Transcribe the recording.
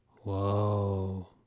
Whoa